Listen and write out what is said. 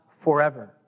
forever